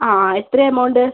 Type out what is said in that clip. അ അ എത്ര എമൗണ്ട്